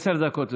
עשר דקות לרשותך.